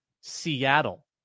Seattle